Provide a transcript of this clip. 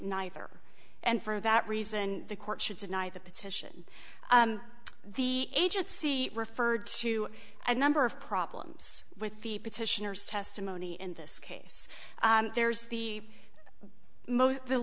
neither and for that reason the court should deny the petition the agency referred to a number of problems with the petitioners testimony in this case there's the